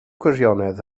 gwirionedd